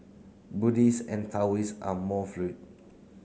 Buddhist and Taoist are more